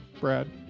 Brad